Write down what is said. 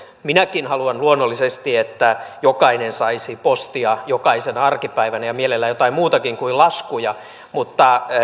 minäkin haluan luonnollisesti että jokainen saisi postia jokaisena arkipäivänä ja mielellään jotain muutakin kuin laskuja mutta